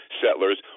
settlers